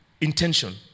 intention